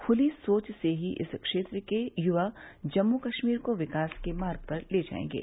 खुली सोच से ही इस क्षेत्र के युवा जम्मू कश्मीर को विकास के मार्ग पर ले जायेंगे